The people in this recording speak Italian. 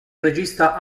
regista